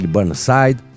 Burnside